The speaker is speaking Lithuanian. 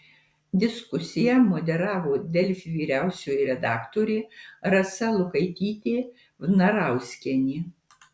diskusiją moderavo delfi vyriausioji redaktorė rasa lukaitytė vnarauskienė